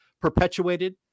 perpetuated